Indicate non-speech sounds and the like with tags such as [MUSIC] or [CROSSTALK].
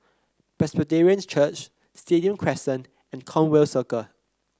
[NOISE] Presbyterian Church Stadium Crescent and Conway Circle